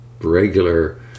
regular